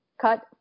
cut